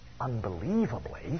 unbelievably